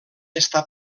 està